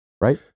right